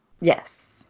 Yes